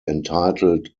entitled